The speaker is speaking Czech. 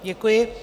Děkuji.